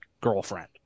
girlfriend